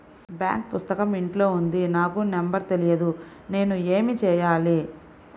Bank పుస్తకం ఇంట్లో ఉంది నాకు నంబర్ తెలియదు నేను ఏమి చెయ్యాలి?